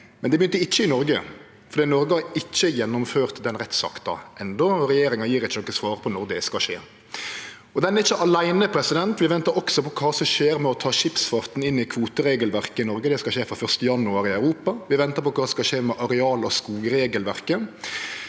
Men det betyr ikkje Noreg, for Noreg har ikkje gjennomført den rettsakta enno, og regjeringa gjev ikkje noko svar på når det skal skje. Og den rettsakta er ikkje aleine. Vi ventar også på kva som skjer med å ta skipsfarten inn i kvoteregelverket i Noreg – det skal skje frå 1. januar i Europa. Vi ventar på kva som skal skje med areal- og skogregelverket.